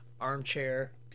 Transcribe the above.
armchair